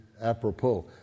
apropos